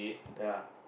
ya